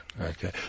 Okay